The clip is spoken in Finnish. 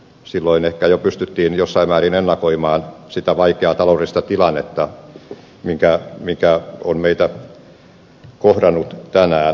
silloin ehkä jo pystyttiin jossain määrin ennakoimaan sitä vaikeaa taloudellista tilannetta mikä on meitä kohdannut tänään